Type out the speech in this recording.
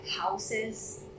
houses